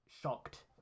shocked